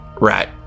right